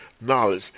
knowledge